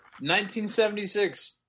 1976